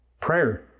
Prayer